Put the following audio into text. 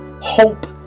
Hope